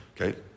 Okay